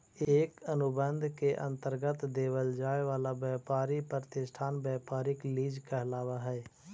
एक अनुबंध के अंतर्गत देवल जाए वाला व्यापारी प्रतिष्ठान व्यापारिक लीज कहलाव हई